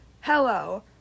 Hello